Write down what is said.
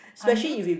are you